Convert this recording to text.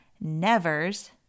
nevers